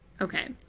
Okay